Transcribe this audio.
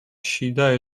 შიდა